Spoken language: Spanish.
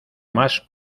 más